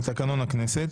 לתקנון הכנסת,